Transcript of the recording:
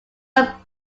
are